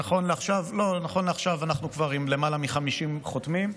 נכון לעכשיו אנחנו עם כבר למעלה מ-50 חותמים.